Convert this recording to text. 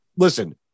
Listen